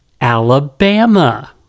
Alabama